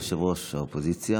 יושב-ראש האופוזיציה.